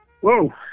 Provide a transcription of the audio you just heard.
whoa